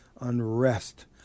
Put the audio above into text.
unrest